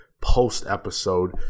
post-episode